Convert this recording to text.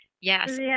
Yes